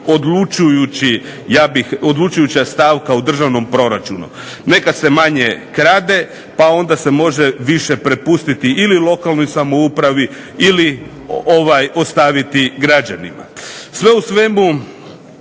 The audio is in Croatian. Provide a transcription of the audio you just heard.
odlučujuća stavka u državnom proračunu. Neka se manje krade pa onda se može više prepustiti ili lokalnoj samoupravi ili ostaviti građanima. Sve u svemu